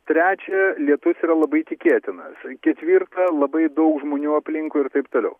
trečia lietus yra labai tikėtinas ketvirta labai daug žmonių aplinkui ir taip toliau